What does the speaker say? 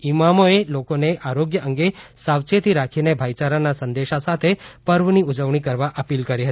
ઇમામોએ લોકોને આરોગ્ય અંગે સાવચેતી રાખીને ભાઇચારાના સંદેશા સાથે પર્વની ઉજવણી કરવા અપીલ કરી છે